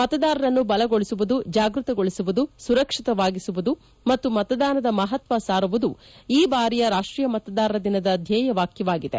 ಮತದಾರರನ್ನು ಬಲಗೊಳಿಸುವುದು ಜಾಗೃತಗೊಳಿಸುವುದು ಸುರಕ್ಷಿತವಾಗಿಸುವುದು ಮತ್ತು ಮತದಾನದ ಮಹತ್ವ ಸಾರುವುದು ಈ ಬಾರಿಯ ರಾಷ್ಷೀಯ ಮತದಾರರ ದಿನದ ಧ್ವೇಯ ವಾಕ್ಷವಾಗಿದೆ